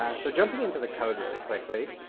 ah so jumping into the code really quickly,